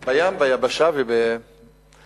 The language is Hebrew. בים, ביבשה ובאוויר.